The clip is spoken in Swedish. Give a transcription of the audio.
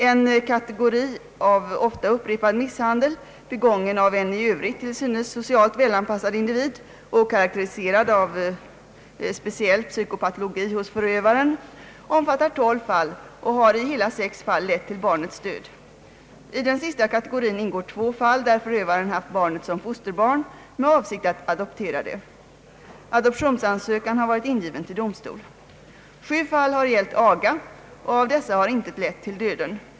En kategori av ofta upprepad misshandel, begången av en i övrigt till synes socialt välanpassad individ och karakteriserad av speciell psykopatologi hos förövaren, omfattar 12 fall och har i hela 6 fall lett till barnets död. I den sista kategorin ingår 2 fall, där förövaren haft barnet som fosterbarn med avsikt att adoptera det. Adoptionsansökan har varit ingiven till domstol. 7 fall har gällt aga och av dessa har intet lett till döden.